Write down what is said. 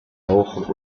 auch